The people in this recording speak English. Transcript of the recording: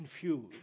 confused